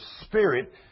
spirit